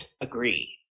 agree